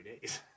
days